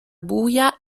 buia